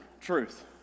truth